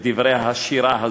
את דברי השירה הזאת.